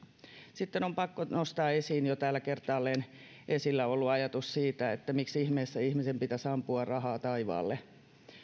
sitten on pakko nostaa esiin jo täällä kertaalleen esillä ollut ajatus siitä että miksi ihmeessä ihmisen pitäisi ampua rahaa taivaalle